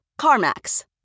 CarMax